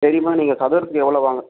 சரிமா நீங்கள் கட்டறதுக்கு எவ்வளோ வாங்கு